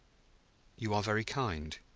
you are very kind,